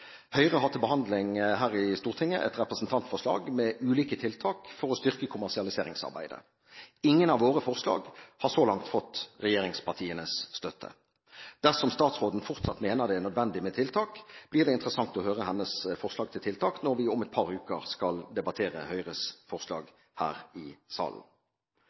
Høyre har til behandling her i Stortinget et representantforslag med ulike tiltak for å styrke kommersialiseringsarbeidet. Ingen av våre forslag har så langt fått regjeringspartienes støtte. Dersom statsråden fortsatt mener det er nødvendig med tiltak, blir det interessant å høre hennes forslag til tiltak når vi om et par uker skal debattere Høyres forslag her i salen.